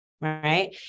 Right